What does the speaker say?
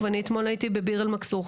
מחוברים למכונות הנשמה,